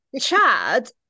Chad